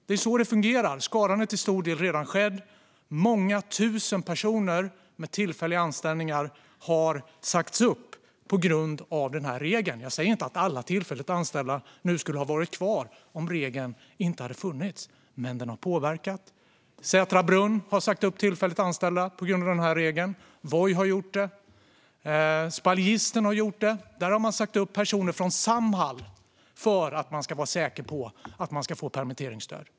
Det är så det fungerar. Skadan är till stor del redan skedd. Många tusen personer med tillfälliga anställningar har sagts upp på grund av denna regel. Jag säger inte att alla tillfälligt anställda skulle ha varit kvar om regeln inte hade funnits, men den har påverkat. Sätra Brunn har sagt upp tillfälligt anställda på grund av regeln. Voi har gjort det. Spaljisten har gjort det; där har man sagt upp personer från Samhall för att vara säker på att få permitteringsstöd.